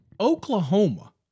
Oklahoma